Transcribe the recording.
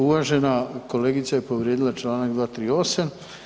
Uvažena kolegica je povrijedila članak 238.